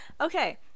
Okay